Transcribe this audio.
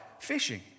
Fishing